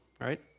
right